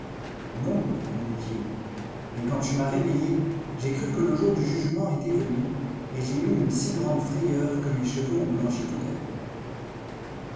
non répondit-il mais quand tu m'as réveillé j'ai cru que le jour du jugement étoit venu et j'ai eu une si grande frayeur que mes cheveux ont blanchi tout à coup